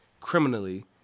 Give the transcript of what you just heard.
criminally